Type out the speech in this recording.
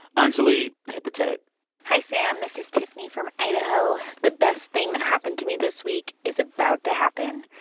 anjuli, hit the tape hi, sam. this is tiffany from idaho. the best thing that happened to me this week is about to happen.